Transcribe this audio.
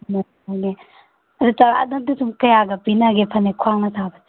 ꯑꯗꯨ ꯆꯥꯎꯔꯥꯛꯅ ꯑꯗꯨ ꯁꯨꯝ ꯀꯌꯥꯒ ꯄꯤꯅꯒꯦ ꯐꯅꯦꯛ ꯈ꯭ꯋꯥꯡꯅ ꯁꯥꯕꯗꯣ